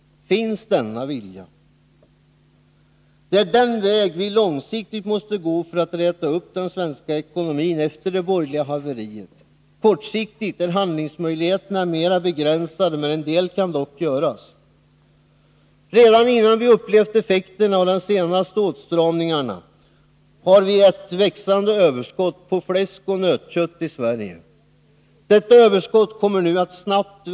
Finns denna vilja? Detta är den väg vi långsiktigt måste gå för att räta upp den svenska ekonomin efter det borgerliga haveriet. Kortsiktigt är handlingsmöjligheterna mera begränsade. Men en del kan dock göras. Redan innan vi upplevt effekterna av de senaste åtstramningarna har vi ett växande överskott på fläsk och nötkött i Sverige. Detta överskott kommer nu att växa snabbt.